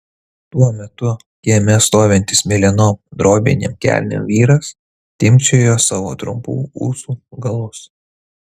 tuo metu kieme stovintis mėlynom drobinėm kelnėm vyras timpčiojo savo trumpų ūsų galus